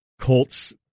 Colts